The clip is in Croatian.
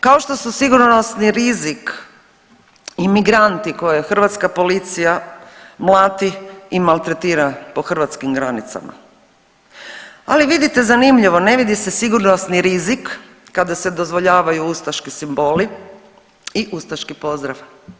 Kao što su sigurnosni rizik i migranti koje hrvatska policija mlati i maltretira po hrvatskim granicama, ali vidite zanimljivo ne vidi se sigurnosni rizik kada se dozvoljavaju ustaški simboli i ustaški pozdrav.